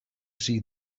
see